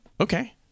Okay